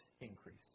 increase